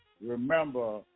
Remember